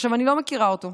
עכשיו, אני לא מכירה אותו.